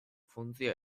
funtzio